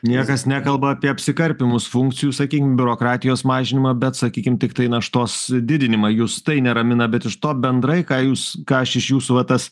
niekas nekalba apie apsikarpymus funkcijų sakykim biurokratijos mažinimą bet sakykim tiktai naštos didinimą jus tai neramina bet iš to bendrai ką jūs ką aš iš jų va tas